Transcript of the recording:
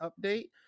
update